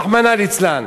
רחמנא ליצלן.